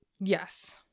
Yes